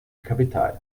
kapital